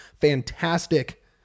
fantastic